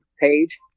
page